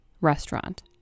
restaurant